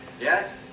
Yes